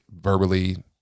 Verbally